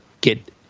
get